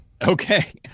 Okay